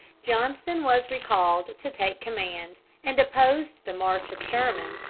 johnston was recalled to take command, and opposed the march of sherman,